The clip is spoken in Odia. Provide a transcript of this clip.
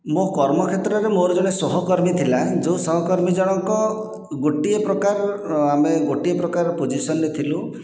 ମୋ କର୍ମ କ୍ଷେତ୍ରରେ ମୋ'ର ଜଣେ ସହକର୍ମୀ ଥିଲା ଯେଉଁ ସହକର୍ମୀ ଜଣକ ଗୋଟିଏ ପ୍ରକାର ଆମେ ଗୋଟିଏ ପ୍ରକାର ପୋଜିସନରେ ଥିଲୁ